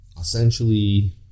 essentially